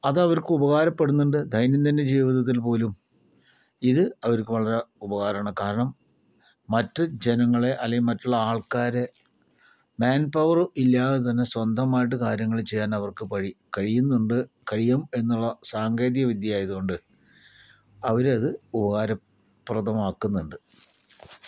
അതവർക്ക് ഉപകാരപ്പെടുന്നുണ്ട് ദൈനംദിന ജീവിതത്തിൽപോലും ഇത് അവർക്ക് വളരെ ഉപകാരാണ് കാരണം മറ്റ് ജനങ്ങളെ അല്ലെങ്കി മറ്റുള്ള ആൾക്കാരെ മാൻപവർ ഇല്ലാതെത്തന്നെ സ്വന്തമായിട്ട് കാര്യങ്ങള് ചെയ്യാൻ അവർക്ക് ക കഴിയുന്നുണ്ട് കഴിയും എന്നുള്ള സാങ്കേതിക വിദ്യ ആയത്കൊണ്ട് അവരത് ഉപകാരപ്രധമാക്കുന്നുണ്ട്